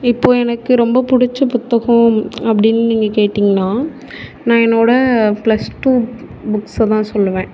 இப்போ எனக்கு ரொம்ப பிடிச்ச புத்தகம் அப்படின்னு நீங்கள் கேட்டீங்கன்னா நான் என்னோடய ப்ளஸ் டூ புக்ஸ் தான் சொல்லுவேன்